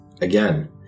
again